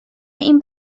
این